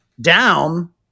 down